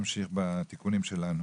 נמשיך בתיקונים שלנו.